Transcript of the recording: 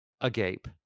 agape